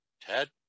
Ted